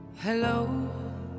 Hello